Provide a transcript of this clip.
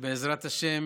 שבעזרת השם,